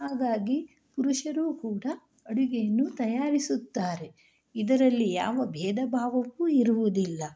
ಹಾಗಾಗಿ ಪುರುಷರೂ ಕೂಡ ಅಡುಗೆಯನ್ನು ತಯಾರಿಸುತ್ತಾರೆ ಇದರಲ್ಲಿ ಯಾವ ಭೇದಭಾವವೂ ಇರುವುದಿಲ್ಲ